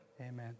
amen